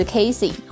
Casey，